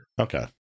Okay